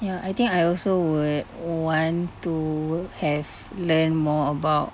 ya I think I also would want to have learn more about